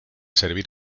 servir